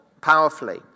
powerfully